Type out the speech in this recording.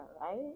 right